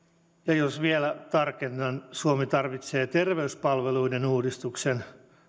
ja jos vielä tarkennan suomi tarvitsee terveyspalveluiden uudistuksen